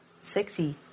sexy